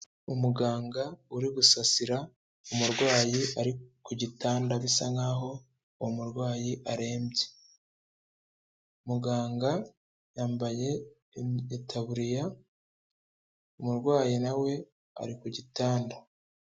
Umuganga uri gusasira umurwayi ari ku gitanda, bisa nkaho uwo murwayi arembye, muganga yambaye itaburiya, umurwayi nawe ari ku gitanda.